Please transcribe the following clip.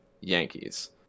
Yankees